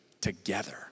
together